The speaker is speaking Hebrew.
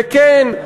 וכן,